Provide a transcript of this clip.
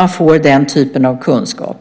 När det gäller